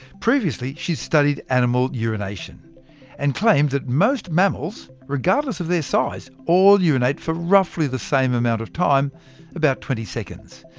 previously she'd studied animal urination and claimed that most mammals, regardless of their size, all urinate for roughly the same amount of time about twenty seconds.